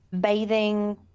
bathing